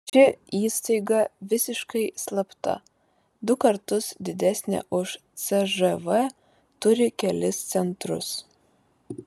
ši įstaiga visiškai slapta du kartus didesnė už cžv turi kelis centrus